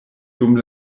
dum